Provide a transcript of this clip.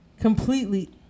completely